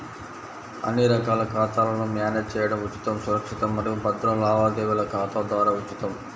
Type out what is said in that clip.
అన్ని రకాల ఖాతాలను మ్యానేజ్ చేయడం ఉచితం, సురక్షితం మరియు భద్రం లావాదేవీల ఖాతా ద్వారా ఉచితం